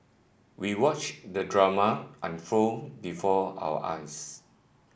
we watched the drama unfold before our eyes